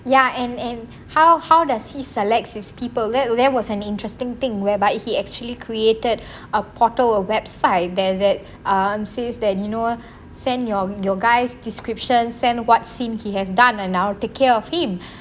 ya and and how how does he selects his people that there was an interesting thing whereby he actually created a portal website there that says um that you know send your your guys description send what sin he has done and I will take care of him so is basically that anniyan version that guy